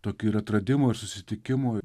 tokį ir atradimo ir susitikimo